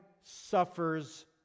suffers